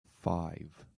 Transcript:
five